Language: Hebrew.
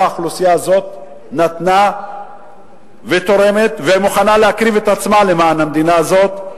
האוכלוסייה הזאת נתנה ותורמת ומוכנה להקריב את עצמה למען המדינה הזאת,